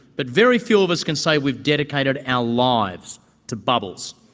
but very few of us can say we've dedicated our lives to bubbles.